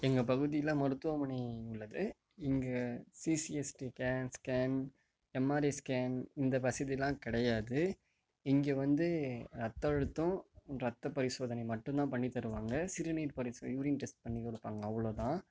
எங்கள் பகுதிலயில் மருத்துவமனை உள்ளது இங்கே சிசிஎஸ்டி ஸ்கேன் எம்ஆர்ஐ ஸ்கேன் இந்த வசதிலாம் கிடையாது இங்கே வந்து ரத்த அழுத்தம் ரத்த பரிசோதனை மட்டும்தான் பண்ணி தருவாங்க சிறுநீர் பரிசோதனை யூரின் டெஸ்ட் பண்ணி கொடுப்பாங்க அவ்வளோ தான்